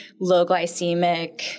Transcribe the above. low-glycemic